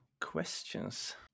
questions